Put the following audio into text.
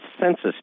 census